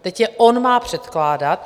Teď on má předkládat.